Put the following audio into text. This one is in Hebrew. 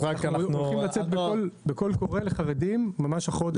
אנחנו יוצאים בקול קורא לחרדים ממש החודש.